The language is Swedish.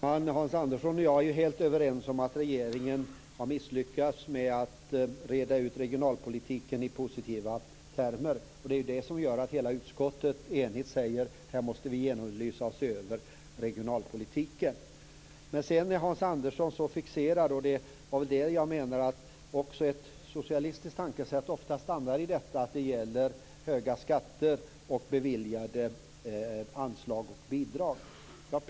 Fru talman! Hans Andersson och jag är helt överens om att regeringen har misslyckats med att reda ut regionalpolitiken. Det är det som gör att hela utskottet enigt säger att regionalpolitiken måste genomlysas och ses över. Men Hans Andersson är fixerad vid ett, som jag menar, socialistiskt tänkesätt, som ofta stannar vid höga skatter, anslag och bidrag.